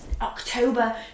October